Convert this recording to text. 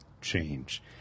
change